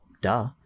Duh